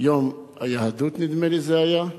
יום היהדות נדמה לי זה היה,